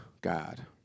God